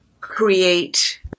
create